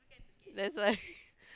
that's why